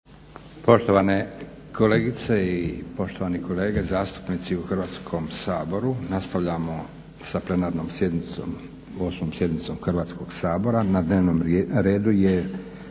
Poštovane kolegice i poštovani kolege zastupnici u Hrvatskom saboru. Nastavljamo sa plenarnom sjednicom, 8. sjednicom Hrvatskog sabora. Na dnevnom redu je